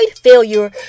failure